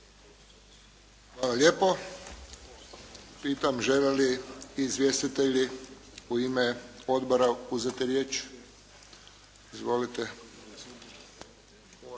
Hvala lijepo. Pitam žele li izvjestitelji u ime odbora uzeti riječ? Izvolite.